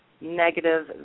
negative